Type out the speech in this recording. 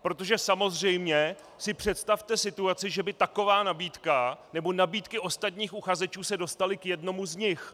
Protože samozřejmě si představte situaci, že by taková nabídka nebo nabídky ostatních uchazečů se dostaly k jednomu z nich.